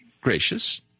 gracious